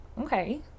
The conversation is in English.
Okay